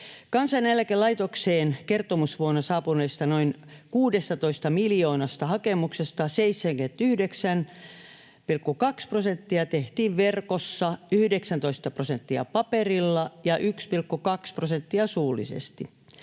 Kansaneläkelaitokseen kertomusvuonna saapuneista noin 16 miljoonasta hakemuksesta 79,2 prosenttia tehtiin verkossa, 19 prosenttia paperilla ja 1,2 prosenttia suullisesti.